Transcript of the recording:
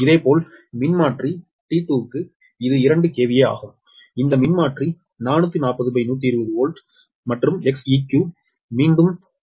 இதேபோல் மின்மாற்றி T2 க்கு இது 2KVA ஆகும் இந்த மின்மாற்றி 440120வோல்ட் மற்றும் Xeq மீண்டும் 0